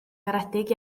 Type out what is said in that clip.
garedig